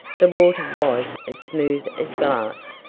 the water was as smooth as glass,